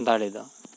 ᱫᱟᱲᱮ ᱫᱚ